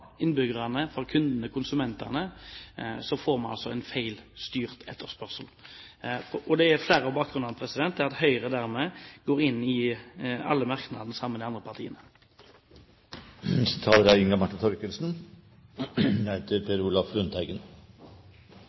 innbyggerne – fra kundene, konsumentene – får man en feilstyrt etterspørsel. Det er derfor flere grunner til at Høyre står sammen med de andre partiene i alle merknadene. Det er